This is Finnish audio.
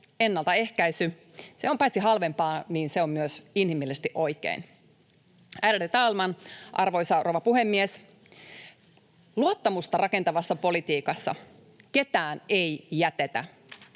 ennaltaehkäisy on halvempaa, se on myös inhimillisesti oikein. Ärade talman, arvoisa rouva puhemies! Luottamusta rakentavassa politiikassa ketään ei jätetä.